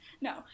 No